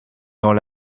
dans